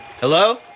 Hello